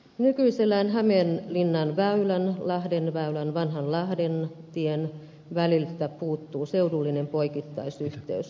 nykyisellään hämeenlinnanväylän lahdenväylän ja vanhan lahdentien väliltä puuttuu seudullinen poikittaisyhteys